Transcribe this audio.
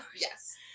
Yes